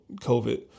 COVID